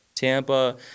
Tampa